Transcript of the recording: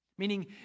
Meaning